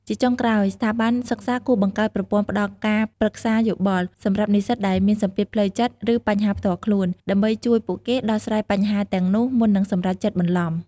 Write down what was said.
ជាចុងក្រោយ ស្ថាប័នសិក្សាគួរបង្កើតប្រព័ន្ធ ផ្ដល់ការប្រឹក្សាយោបល់ សម្រាប់និស្សិតដែលមានសម្ពាធផ្លូវចិត្ត ឬបញ្ហាផ្ទាល់ខ្លួន ដើម្បីជួយពួកគេដោះស្រាយបញ្ហាទាំងនោះមុននឹងសម្រេចចិត្តបន្លំ។